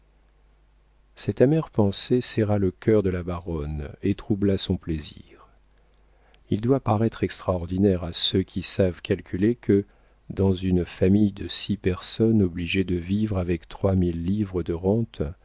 cette amère pensée serra le cœur de la baronne et troubla son plaisir il doit paraître extraordinaire à ceux qui savent calculer que dans une famille de six personnes obligées de vivre avec trois mille livres de rente